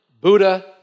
Buddha